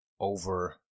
over